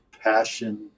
passion